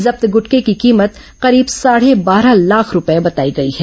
जब्त गुटखे की कीमत करीब साढ़े बारह लाख रूपये बताई गई है